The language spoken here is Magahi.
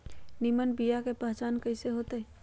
निमन बीया के पहचान कईसे होतई?